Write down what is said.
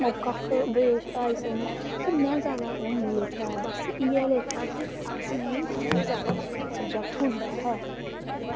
मौका बेश आई सकने पर में जादा ओह् नी लैता ऐ बस इयै लैता कि सिंगिंग काफी जादा सैल स्वजैक्ट होंदा ऐ